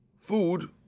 food